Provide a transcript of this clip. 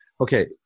Okay